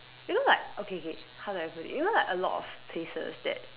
you know like okay okay how do I put it you know like a lot of places that